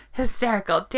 hysterical